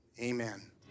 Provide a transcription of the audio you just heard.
amen